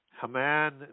Haman